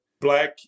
Black